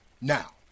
Now